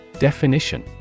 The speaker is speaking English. Definition